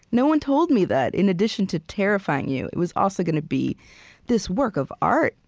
no one told me that in addition to terrifying you, it was also gonna be this work of art.